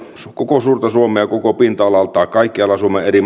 koko suurta suomea koko pinta alaltaan kaikkia suomen eri